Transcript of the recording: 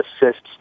assists